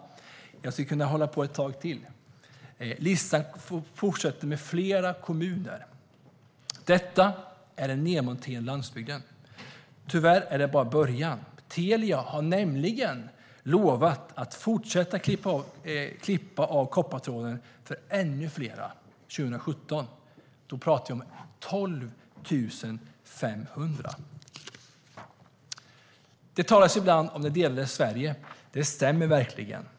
Jag skulle kunna hålla på ett tag till. Listan fortsätter med flera kommuner. Detta är en nedmontering av landsbygden. Tyvärr är det bara början. Telia har nämligen lovat att fortsätta klippa av koppartråden för ännu fler 2017. Då talar vi om 12 500. Det talas ibland om det delade Sverige. Det stämmer verkligen.